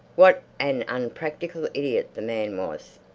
what an unpractical idiot the man was!